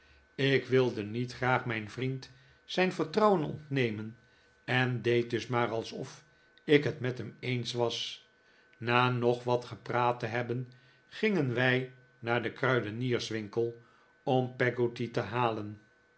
ik wilde niet graag mijn vriend zijn vertrouwen ontnemen en deed dus maar alsof ik het met hem eens was na nog wat gepraat te hebben gingen wij naar den kruidenierswinkel om peggotty te halen